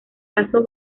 paso